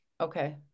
Okay